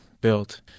built